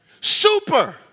super